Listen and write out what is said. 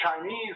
Chinese